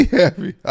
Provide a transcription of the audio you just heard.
happy